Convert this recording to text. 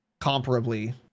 comparably